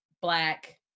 black